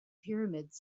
pyramids